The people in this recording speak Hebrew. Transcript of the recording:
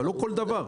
אבל לא כל דבר.